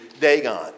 Dagon